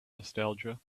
nostalgia